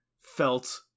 felt